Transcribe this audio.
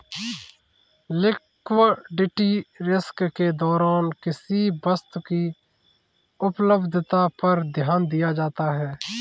liquidity risk के दौरान किसी वस्तु की उपलब्धता पर ध्यान दिया जाता है